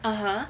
(uh huh)